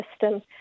system